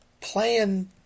playing